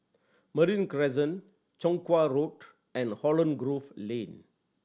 Marine Crescent Chong Kuo Road and Holland Grove Lane